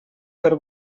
per